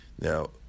Now